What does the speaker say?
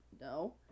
no